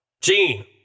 Gene